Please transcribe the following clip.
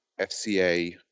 fca